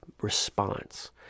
response